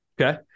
okay